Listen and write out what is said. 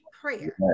prayer